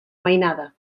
mainada